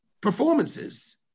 performances